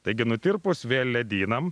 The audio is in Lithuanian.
taigi nutirpus vėl ledynam